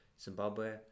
Zimbabwe